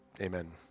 amen